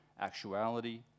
actuality